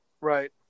Right